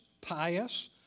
pious